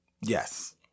Yes